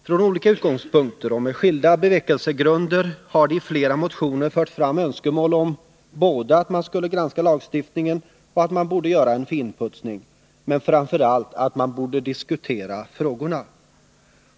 Från olika utgångspunkter och med skilda bevekelsegrunder har det i flera motioner förts fram önskemål om både att man skulle granska lagstiftningen och att man borde göra en finputsning, men framför allt att man borde diskutera frågorna.